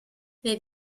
they